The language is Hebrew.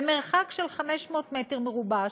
במרחק של 500 מטר מרובע,